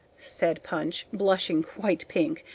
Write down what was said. said punch, blushing quite pink,